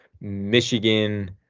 Michigan